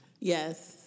Yes